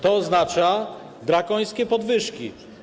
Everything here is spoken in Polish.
To oznacza drakońskie podwyżki.